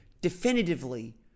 definitively